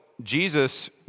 Jesus